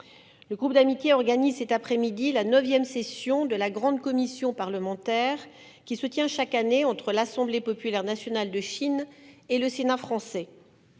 le groupe d'amitié organise cet après-midi, la 9ème session de la grande commission parlementaire qui se tient chaque année entre l'Assemblée populaire nationale de Chine et le sénat français